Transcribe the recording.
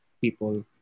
people